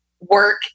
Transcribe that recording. work